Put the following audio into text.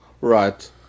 Right